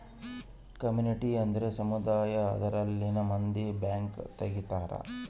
community ಅಂದ್ರ ಸಮುದಾಯ ಅದರಲ್ಲಿನ ಮಂದಿ ಬ್ಯಾಂಕ್ ತಗಿತಾರೆ